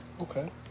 Okay